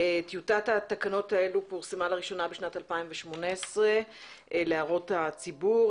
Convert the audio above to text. טיוטת התקנות האלה פורסמה לראשונה בשנת 2018 להערות הציבור.